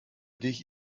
dich